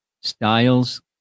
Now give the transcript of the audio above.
styles